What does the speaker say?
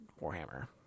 warhammer